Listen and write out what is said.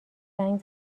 زنگ